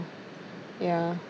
ya